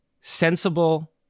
sensible